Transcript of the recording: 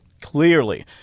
clearly